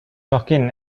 joaquin